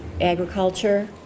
agriculture